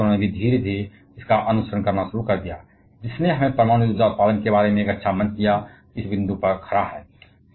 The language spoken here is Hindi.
और अन्य देशों ने धीरे धीरे इसका अनुसरण करना शुरू कर दिया जिसने हमें परमाणु ऊर्जा उत्पादन के बारे में एक अच्छा मंच प्रदान किया है